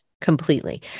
completely